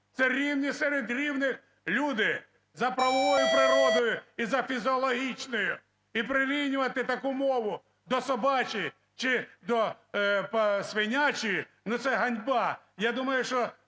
Це рівні серед рівних люди за правовою природою і за фізіологічною, і прирівнювати таку мову до собачої чи до свинячої, ну, це ганьба!